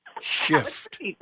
shift